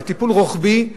בטיפול רוחבי,